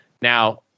Now